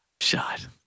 Shot